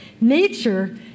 Nature